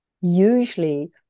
usually